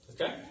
Okay